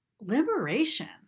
liberation